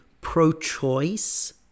pro-choice